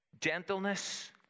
gentleness